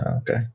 Okay